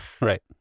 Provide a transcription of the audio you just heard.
Right